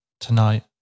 Tonight